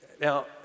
Now